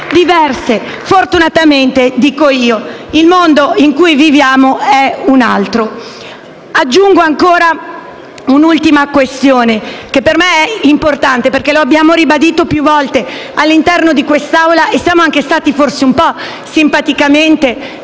diverse. Fortunatamente - dico io - il mondo in cui viviamo è un altro. Aggiungo ancora un'ultima questione, che per me è importante. Lo abbiamo ribadito più volte all'interno di quest'Assemblea e siamo anche stati un po' simpaticamente